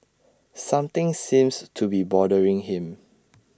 something seems to be bothering him